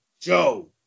Joe